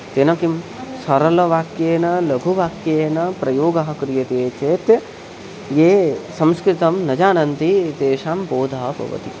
तेन किं सरलवाक्येन लघुवाक्येन प्रयोगः क्रियते चेत् ये संस्कृतं न जानन्ति तेषां बोधः भवति